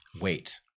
wait